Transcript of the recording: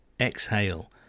exhale